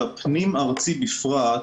והפנים ארצי בפרט,